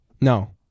No